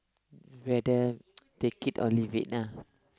whether they keep or leave it lah